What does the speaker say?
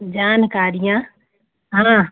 जानकारियाँ हाँ